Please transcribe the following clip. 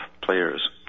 players